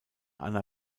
anna